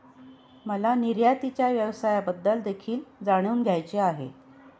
मला निर्यातीच्या व्यवसायाबद्दल देखील जाणून घ्यायचे आहे